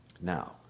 now